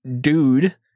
dude